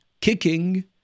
kicking